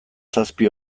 zazpi